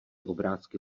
obrázky